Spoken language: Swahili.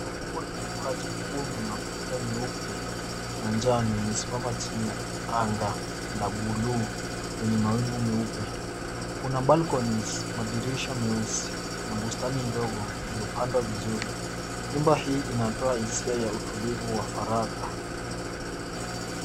Nyumba kubwa yenye paa jekundu na kuta nyeupe na njano imesimama chini ya anga la buluu lenye mawingu meupe. Kuna balconies , madirisha meusi na bustani ndogo iliyopandwa vizuri. Nyumba hii inatoa hisia ya utulivu wa faragha.